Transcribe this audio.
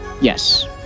Yes